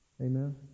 Amen